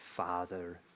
Father